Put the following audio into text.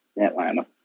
Atlanta